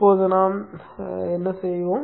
இப்போது நாம் என்ன செய்வோம்